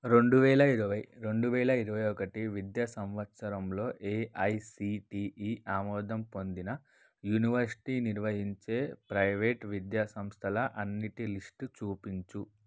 రెండు వేల ఇరవై రెండు వేల ఇరవై ఒకటి విద్యా సంవత్సరంలో ఏఐసీటీఈ ఆమోదం పొందిన యూనివర్సిటీ నిర్వహించే ప్రైవేట్ విద్యాసంస్థల అన్నిటి లిస్టు చూపించు